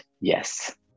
yes